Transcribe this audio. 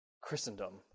Christendom